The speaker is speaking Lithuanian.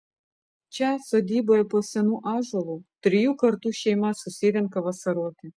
čia sodyboje po senu ąžuolu trijų kartų šeima susirenka vasaroti